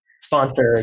sponsored